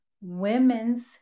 women's